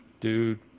Dude